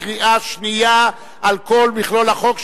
קריאה שנייה על כל מכלול החוק,